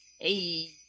Hey